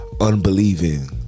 Unbelieving